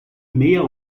meia